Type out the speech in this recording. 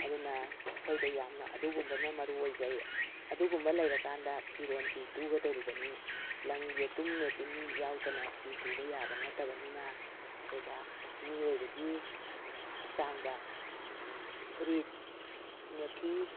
ꯑꯗꯨꯅ ꯑꯩꯈꯣꯏꯗ ꯌꯥꯝꯅ ꯑꯗꯨꯒꯨꯝꯕꯅ ꯃꯔꯨ ꯑꯣꯏꯖꯩ ꯑꯗꯨꯒꯨꯝꯕ ꯂꯩꯔ ꯀꯥꯟꯗ ꯐꯤꯔꯣꯟꯁꯤ ꯇꯨꯒꯗꯣꯔꯤꯕꯅꯤ ꯂꯪ ꯌꯦꯇꯨꯝ ꯃꯦꯆꯤꯟ ꯌꯥꯎꯗꯅ ꯐꯤ ꯇꯨꯕ ꯌꯥꯕ ꯅꯠꯇꯕꯅꯤꯅ ꯑꯗꯨꯒ ꯃꯤꯑꯣꯏꯕꯒꯤ ꯍꯛꯆꯥꯡꯗ ꯐꯨꯔꯤꯠ ꯏꯟꯅꯐꯤ